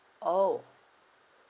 orh